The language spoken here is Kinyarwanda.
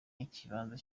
ikibanza